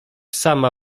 sama